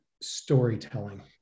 storytelling